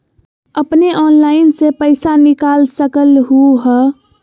अपने ऑनलाइन से पईसा निकाल सकलहु ह?